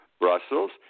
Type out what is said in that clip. Brussels